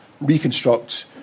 reconstruct